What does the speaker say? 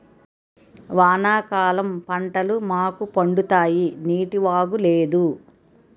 వానాకాలం పంటలు మాకు పండుతాయి నీటివాగు లేదు